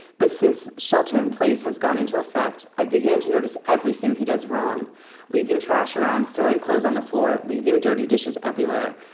but since shelter-in-place has gone into effect, i've began to notice everything he does wrong leaving trash around, throwing clothes on the floor, leaving dirty dishes everywhere.